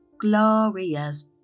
glorious